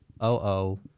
oh-oh